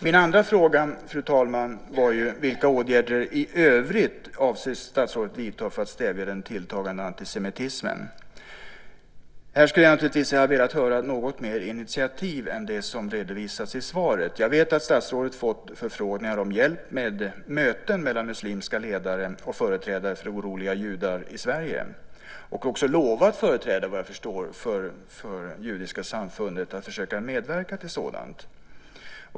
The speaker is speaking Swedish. Min andra fråga, fru talman, var vilka åtgärder i övrigt som statsrådet avser att vidta för att stävja den tilltagande antisemitismen. Jag skulle velat få höra om något mer initiativ än det som redovisas i svaret. Jag vet att statsrådet fått förfrågningar om hjälp med möten mellan muslimska ledare och företrädare för oroliga judar i Sverige och också, vad jag förstår, lovat företrädare för det judiska samfundet att försöka medverka till sådant.